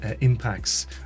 impacts